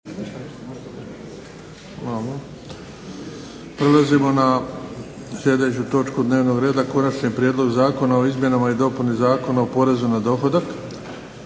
Prelazimo na sljedeću točku dnevnog reda 12. Prijedlog zakona o izmjenama i dopuni Zakona o porezu na dohodak,